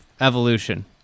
evolution